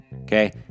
Okay